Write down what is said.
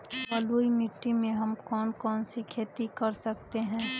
बलुई मिट्टी में हम कौन कौन सी खेती कर सकते हैँ?